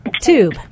tube